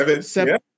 Seven